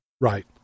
Right